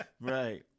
Right